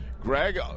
Greg